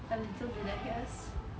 a little bit I guess